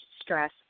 stress